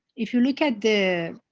if you look at the.